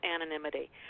anonymity